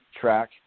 track